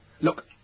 Look